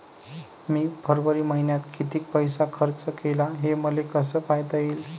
मी फरवरी मईन्यात कितीक पैसा खर्च केला, हे मले कसे पायता येईल?